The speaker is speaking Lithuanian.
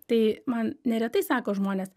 tai man neretai sako žmonės